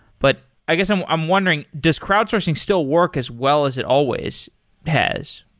but i guess i'm i'm wondering, does crowd-sourcing still work as well as it always has?